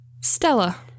Stella